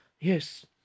Yes